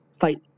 fight